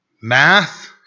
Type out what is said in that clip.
Math